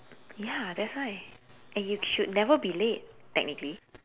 ya that's why and you should never be late technically